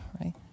right